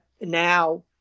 now